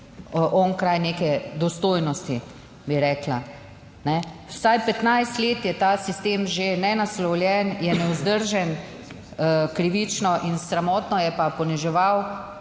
onkraj neke dostojnosti, bi rekla. Vsaj 15 let je ta sistem že nenaslovljen, je nevzdržen, krivično in sramotno je pa poniževal